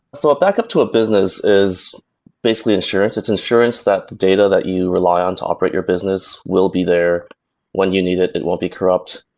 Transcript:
so a backup to a business is basically insurance. it's insurance that the data that you rely on to operate your business will be there when you needed it. it won't be corrupt.